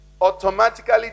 automatically